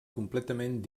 completament